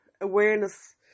Awareness